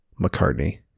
McCartney